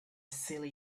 silly